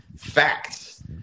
Facts